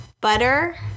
butter